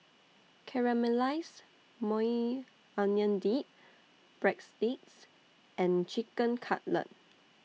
Caramelized Maui Onion Dip Breadsticks and Chicken Cutlet